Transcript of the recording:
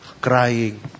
crying